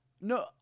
No